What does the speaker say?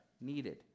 needed